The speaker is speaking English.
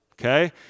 okay